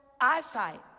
eyesight